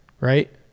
Right